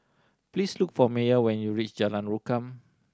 please look for Meyer when you reach Jalan Rukam